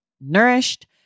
nourished